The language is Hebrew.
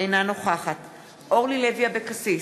אינה נוכחת אורלי לוי אבקסיס,